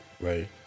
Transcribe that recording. right